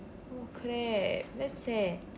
oh crap that's sad